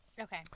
Okay